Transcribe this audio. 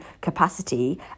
capacity